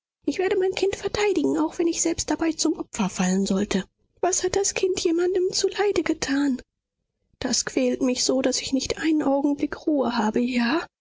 ich werde mein kind verteidigen auch wenn ich selbst dabei zum opfer fallen sollte was hat das kind jemandem zuleide getan das quält mich so daß ich nicht einen augenblick ruhe habe ja